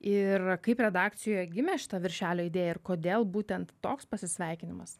ir kaip redakcijoje gimė šito viršelio idėja ir kodėl būtent toks pasisveikinimas